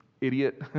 idiot